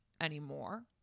anymore